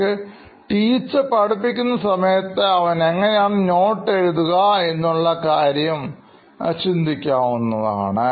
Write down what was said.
നമുക്ക് ടീച്ചർ പഠിപ്പിക്കുന്ന സമയത്ത് അവൻ എങ്ങനെയാണ് നോട്ട് എഴുതുക എന്നകാര്യം ചിന്തിക്കാവുന്നതാണ്